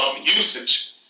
usage